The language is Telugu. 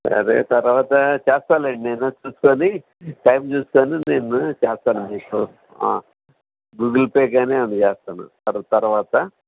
సరే తరువాత చేస్తాలే నేను చూసుకొని టైం చూసుకొని నేను చేస్తాను మీకు గూగుల్ పే కానీ ఏమైనా చేస్తాను తరువాత